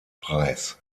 preis